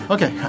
Okay